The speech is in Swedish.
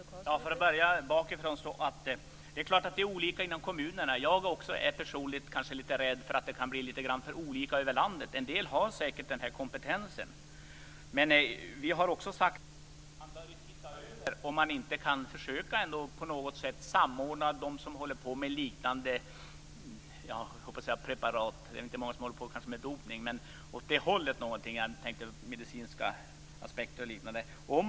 Fru talman! För att börja bakifrån vill jag säga att det så klart är olika inom kommunerna. Jag är personligen lite rädd för att det kan bli för olika över landet. En del har säkert den här kompetensen. Men vi har också sagt att vi bör titta närmare på om man inte på något sätt kan försöka att samordna dem som håller på med liknande låt säga preparat. Det är kanske inte så många som håller på med dopning, men någonting åt det hållet. Jag tänkte på medicinska aspekter och liknande.